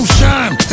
shine